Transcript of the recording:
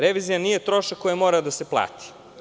Revizija nije trošak koji mora da se plati.